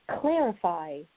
clarify